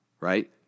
right